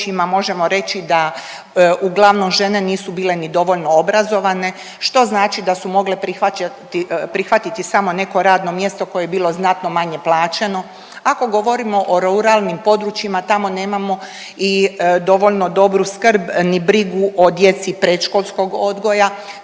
možemo reći da uglavnom žene nisu bile ni dovoljno obrazovane što znači da su mogle prihvatiti samo neko radno mjesto koje bilo znatno manje plaćeno. Ako govorimo o ruralnim područjima tamo nemamo i dovoljno dobru skrb ni brigu o djeci predškolskog odgoja